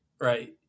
Right